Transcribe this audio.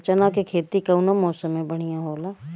चना के खेती कउना मौसम मे बढ़ियां होला?